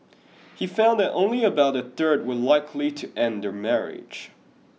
he found that only about a third were likely to end their marriage